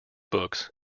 books